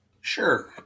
Sure